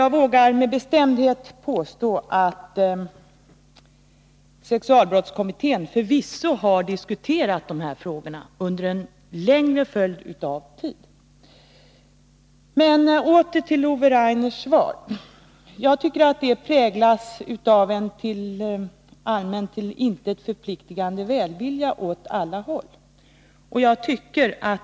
Jag vågar med bestämdhet påstå att sexualbrottskommittén förvisso har diskuterat de här frågorna under en längre tid. Åter till Ove Rainers svar. Jag tycker att det präglas av en allmän och till intet förpliktande välvilja åt alla håll.